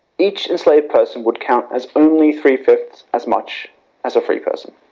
each enslaved person would count as only three five ths as much as a free person.